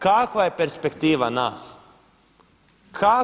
Kakva je perspektiva nas?